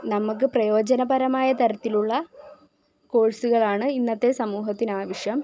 നമുക്ക് പ്രയോജനപരമായ തരത്തിലുള്ള കോഴ്സുകളാണ് ഇന്നത്തെ സമൂഹത്തിനാവശ്യം